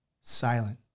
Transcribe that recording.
silent